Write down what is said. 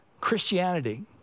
Christianity